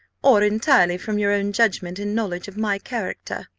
or entirely from your own judgment and knowledge of my character?